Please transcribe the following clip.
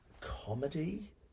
comedy